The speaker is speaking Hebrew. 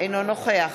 אינו נוכח